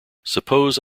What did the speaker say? suppose